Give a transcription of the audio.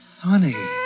Honey